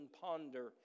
ponder